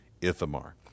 Ithamar